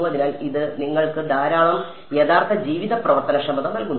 അതിനാൽ ഇത് നിങ്ങൾക്ക് ധാരാളം യഥാർത്ഥ ജീവിത പ്രവർത്തനക്ഷമത നൽകുന്നു